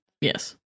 Yes